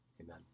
Amen